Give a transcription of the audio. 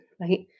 right